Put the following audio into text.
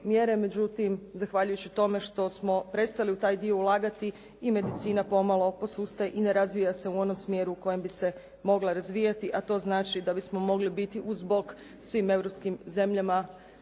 međutim zahvaljujući tome što smo prestali u taj dio ulagati i medicina pomalo posustaje i ne razvija se u onom smjeru u kojem bi se mogla razvijati a to znači da bismo mogli biti uz bok svim europskim zemljama